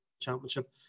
championship